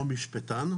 או משפטן,